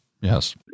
Yes